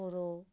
ᱦᱳᱲᱳ